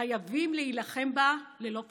חייבים להילחם בה ללא פשרות.